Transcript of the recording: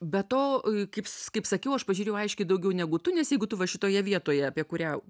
beto kaip s kaip sakiau aš pažiūrėjau aiškiai daugiau negu tu nes jeigu tu va šitoje vietoje apie kurią